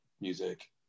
music